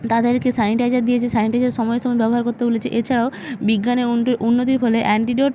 তাদেরকে সানিটাইজার দিয়েছে সানিটাইজার সময় সময় ব্যবহার করতে বলেছে এছাড়াও বিজ্ঞানের উন্নতির ফলে অ্যান্টিডোট